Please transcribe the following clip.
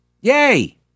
Yay